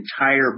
entire